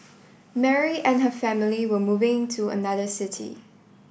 Mary and her family were moving to another city